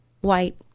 White